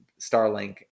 Starlink